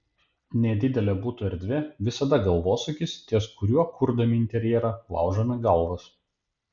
nedidelė buto erdvė visada galvosūkis ties kuriuo kurdami interjerą laužome galvas